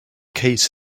case